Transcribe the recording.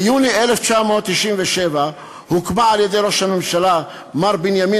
ביולי 1997 הוקמה על-ידי ראש הממשלה מר בנימין